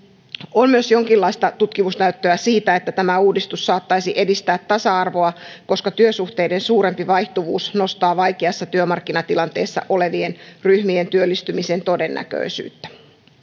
on myös jonkinlaista tutkimusnäyttöä siitä että tämä uudistus saattaisi edistää tasa arvoa koska työsuhteiden suurempi vaihtuvuus nostaa vaikeassa työmarkkinatilanteessa olevien ryhmien työllistymisen todennäköisyyttä